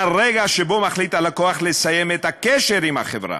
מהרגע שבו מחליט הלקוח לסיים את הקשר עם החברה?